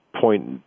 point